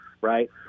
right